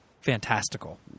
fantastical